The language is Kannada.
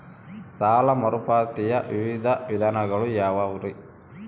ಸಾಲ ಮರುಪಾವತಿಯ ವಿವಿಧ ವಿಧಾನಗಳು ಯಾವ್ಯಾವುರಿ?